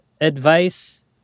Advice